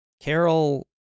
Carol